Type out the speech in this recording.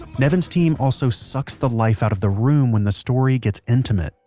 nevin's team also sucks the life out of the room when the story gets intimate,